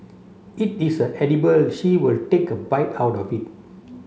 it is a edible she will take a bite out of it